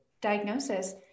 diagnosis